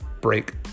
break